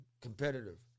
competitive